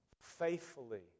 faithfully